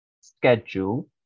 schedule